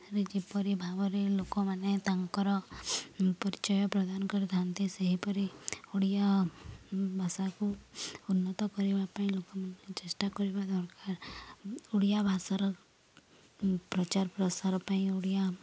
ଯେପରି ଭାବରେ ଲୋକମାନେ ତାଙ୍କର ପରିଚୟ ପ୍ରଦାନ କରିଥାନ୍ତି ସେହିପରି ଓଡ଼ିଆ ଭାଷାକୁ ଉନ୍ନତ କରିବା ପାଇଁ ଲୋକମାନେ ଚେଷ୍ଟା କରିବା ଦରକାର ଓଡ଼ିଆ ଭାଷାର ପ୍ରଚାର ପ୍ରସାର ପାଇଁ ଓଡ଼ିଆ